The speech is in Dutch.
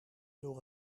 door